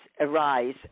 arise